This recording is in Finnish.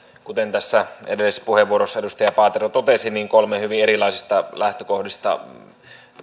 kuten tässä edellisessä puheenvuorossa edustaja paatero totesi niin kolme hyvin erilaisista lähtökohdasta